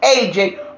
agent